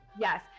Yes